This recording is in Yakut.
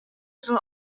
сыл